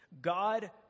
God